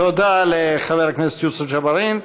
תודה לחבר הכנסת יוסף ג'בארין.